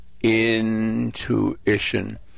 Intuition